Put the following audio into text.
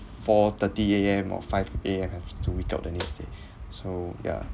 four thirty A_M or five A_M have to wake up the next day so yeah